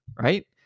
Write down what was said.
right